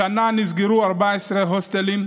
בשנה האחרונה נסגרו 14 הוסטלים.